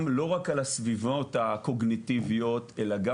לא רק על הסביבות הקוגניטיביות אלא גם